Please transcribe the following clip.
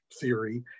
theory